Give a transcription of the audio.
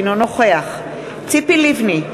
אינו נוכח ציפי לבני,